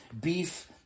beef